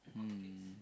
mm